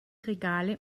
regale